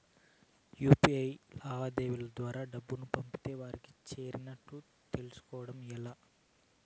UPI లావాదేవీల ద్వారా డబ్బులు పంపితే వారికి చేరినట్టు తెలుస్కోవడం ఎలా?